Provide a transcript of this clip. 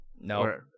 No